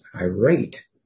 irate